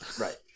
Right